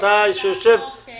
לעשות את הבדיקות האלה.